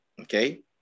Okay